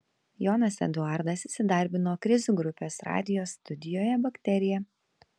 jonas eduardas įsidarbino krizių grupės radijo studijoje bakterija